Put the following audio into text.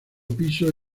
piso